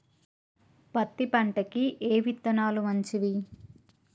పత్తి పంటకి ఏ విత్తనాలు మంచివి?